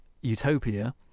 Utopia